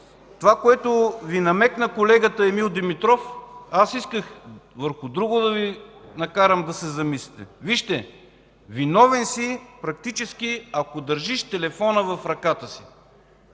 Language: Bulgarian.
Това, което Ви намекна колегата Емил Димитров, аз исках да Ви накарам да се замислите върху друго. Виновен си практически, ако държиш телефона в ръката си.